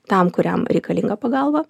tam kuriam reikalinga pagalba